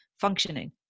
functioning